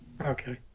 Okay